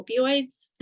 opioids